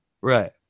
Right